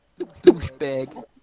Douchebag